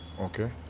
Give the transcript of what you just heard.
Okay